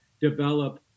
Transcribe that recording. develop